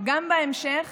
גם בהמשך,